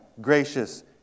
gracious